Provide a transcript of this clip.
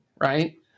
right